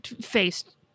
faced